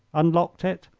unlocked it,